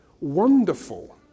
wonderful